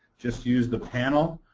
just use the panel